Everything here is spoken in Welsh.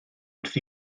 wrth